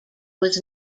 was